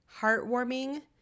heartwarming